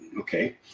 Okay